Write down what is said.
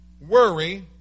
worry